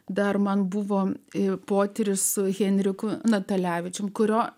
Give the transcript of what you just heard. dar man buvo ir potyrį su henriku natalevičius kurio